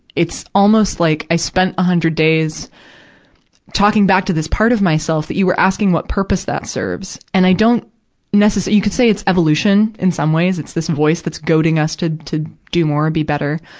it's almost like i spent one hundred days talking back to this part of myself that you were asking what purpose that serves. and i don't necess you could say it's evolution. in some ways, it's this voice that's goading us to, to do more, and be better.